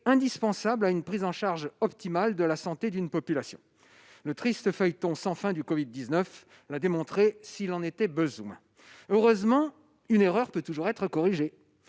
indispensables à une prise en charge optimale de la santé d'une population. Le triste feuilleton sans fin du covid-19 l'a démontré, s'il en était besoin. Heureusement, une erreur peut toujours être corrigée.